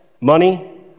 Money